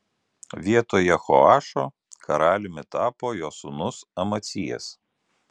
vietoj jehoašo karaliumi tapo jo sūnus amacijas